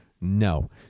No